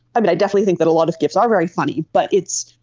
i mean, i definitely think that a lot of gifs are very funny, but it's,